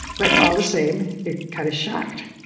but all the same, you're kind of shocked.